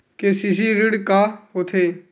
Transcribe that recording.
KCC ऋण का होथे?